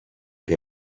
che